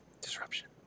Disruption